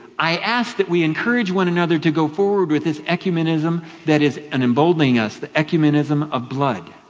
i asked that we encourage one another to go forward with his ecumenism that is an emboldening us, the ecumenism of blood.